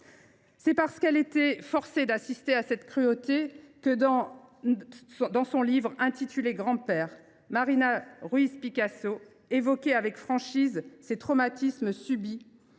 C’est parce qu’elle était forcée d’assister à cette cruauté que, dans son livre intitulé, Marina Ruiz Picasso évoquait avec franchise les traumatismes